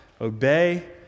obey